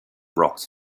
rocks